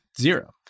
zero